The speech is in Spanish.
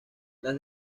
las